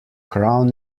crown